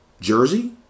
jersey